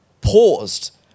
paused